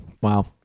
Wow